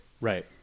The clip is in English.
Right